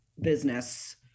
business